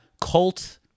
cult